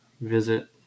visit